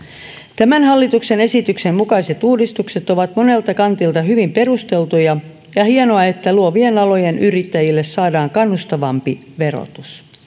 tämän hallituksen esityksen mukaiset uudistukset ovat monelta kantilta hyvin perusteltuja ja on hienoa että luovien alojen yrittäjille saadaan kannustavampi verotus